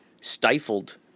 stifled